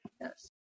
Yes